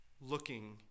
looking